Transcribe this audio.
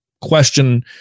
question